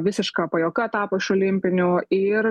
visiška pajuoka tapo iš olimpinių ir